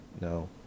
No